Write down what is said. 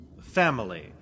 Family